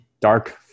Dark